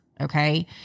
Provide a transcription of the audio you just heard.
Okay